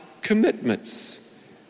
commitments